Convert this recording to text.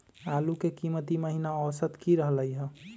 आलू के कीमत ई महिना औसत की रहलई ह?